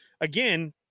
again